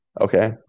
Okay